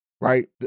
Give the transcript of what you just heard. right